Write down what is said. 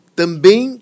também